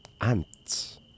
ants